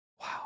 Wow